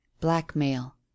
Blackmail